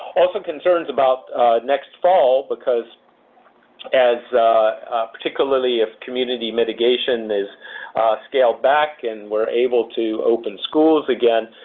also, concerns about next fall because as particularly if community mitigation is scaled back and we're able to open schools again,